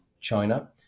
China